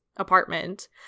apartment